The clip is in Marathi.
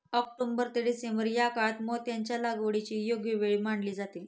ऑक्टोबर ते डिसेंबर या काळात मोत्यांच्या लागवडीची योग्य वेळ मानली जाते